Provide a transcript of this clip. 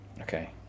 Okay